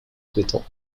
souhaitant